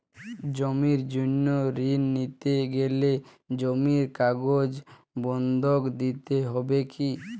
জমির জন্য ঋন নিতে গেলে জমির কাগজ বন্ধক দিতে হবে কি?